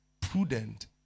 prudent